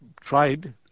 tried